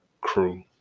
crew